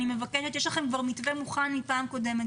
יש לכם כבר מתווה מוכן מפעם קודמת,